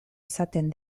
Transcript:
izaten